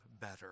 better